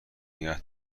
نگه